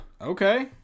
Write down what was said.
Okay